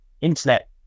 internet